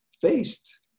faced